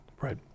Right